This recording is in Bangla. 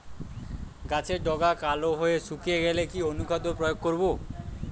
গাছের ডগা কালো হয়ে শুকিয়ে গেলে কি অনুখাদ্য প্রয়োগ করব?